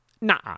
Nah